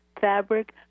fabric